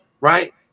right